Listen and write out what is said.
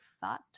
thought